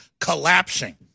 collapsing